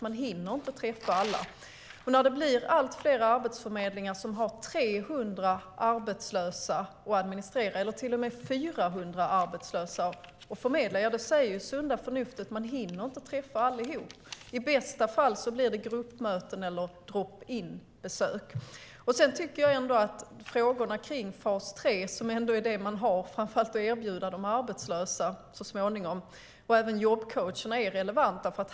Man hinner inte träffa alla. När det blir allt fler arbetsförmedlingar som har 300 eller till och med 400 arbetslösa att administrera säger sunda förnuftet att de inte hinner träffa allihop. I bästa fall blir det gruppmöten eller drop in-besök. Jag tycker att frågorna om fas 3, som är det man framför allt har att erbjuda de arbetslösa så småningom, och även om jobbcoacherna är relevanta.